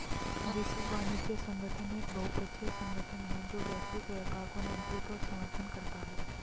विश्व वाणिज्य संगठन एक बहुपक्षीय संगठन है जो वैश्विक व्यापार को नियंत्रित और समर्थन करता है